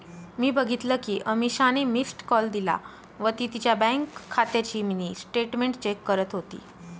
मी बघितल कि अमीषाने मिस्ड कॉल दिला व ती तिच्या बँक खात्याची मिनी स्टेटमेंट चेक करत होती